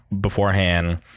beforehand